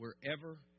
wherever